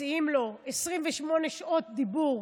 מציעים לו 28 שעות דיבור